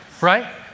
right